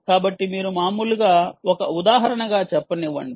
కాబట్టి మీరు మామూలుగా ఒక ఉదాహరణగా చెప్పనివ్వండి